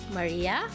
Maria